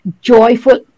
joyful